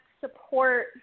support